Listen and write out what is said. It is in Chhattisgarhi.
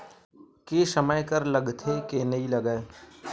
के समय कर लगथे के नइ लगय?